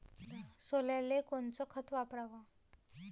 सोल्याले कोनचं खत वापराव?